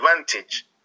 advantage